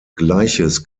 gleiches